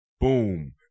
Boom